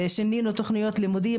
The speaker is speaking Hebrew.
שינינו תוכניות לימודים.